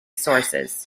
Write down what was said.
sources